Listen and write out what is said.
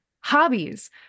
hobbies